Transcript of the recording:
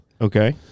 Okay